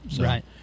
Right